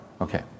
Okay